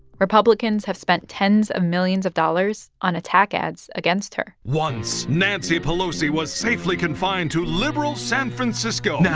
republicans have spent tens of millions of dollars on attack ads against her once nancy pelosi was safely confined to liberal san francisco. now,